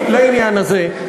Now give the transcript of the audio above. לעניין הזה,